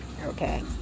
okay